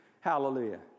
Hallelujah